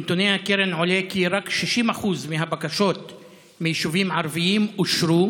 מנתוני הקרן עולה כי רק 60% מהבקשות מיישובים ערביים אושרו